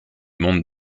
monde